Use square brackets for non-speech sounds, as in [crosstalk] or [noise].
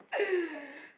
[noise]